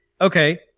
okay